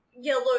yellow